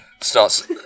starts